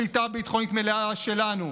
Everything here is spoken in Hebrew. שליטה ביטחונית מלאה שלנו,